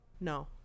No